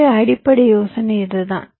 எனவே அடிப்படை யோசனை இதுதான்